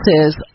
says